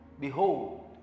Behold